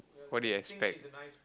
what did you expect